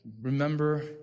remember